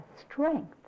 strength